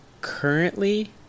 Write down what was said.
currently